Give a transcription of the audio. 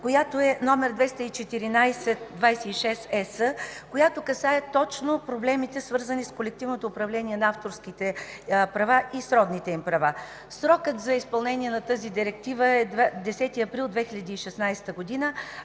която е № 214/26/ЕС, касаеща точно проблемите, свързани с колективното управление на авторските права и сродните им права. Срокът за изпълнение на тази директива е 10 април 2016 г.,